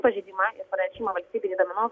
pažeidimą ir pranešimą valstybinei duomenų